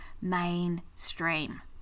mainstream